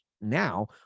now